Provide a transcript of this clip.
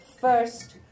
first